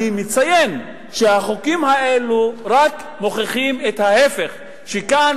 מציין שהחוקים האלה רק מוכיחים את ההיפך: שכאן